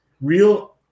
real